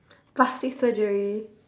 plastic surgery